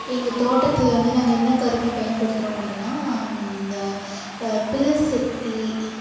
எங்கள் தோட்டத்தில் வந்து நாங்கள் என்ன கருவி பயன்படுத்துகிறோம் அப்படினா இந்த புல் செத்தி